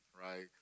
right